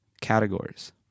categories